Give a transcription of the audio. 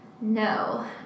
no